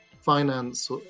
finance